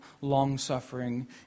long-suffering